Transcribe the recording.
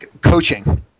coaching